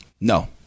No